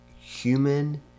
human